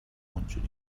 اونجوری